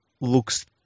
looks